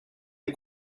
les